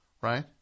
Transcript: right